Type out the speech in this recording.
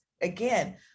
Again